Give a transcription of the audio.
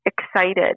excited